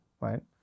right